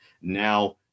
now